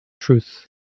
truth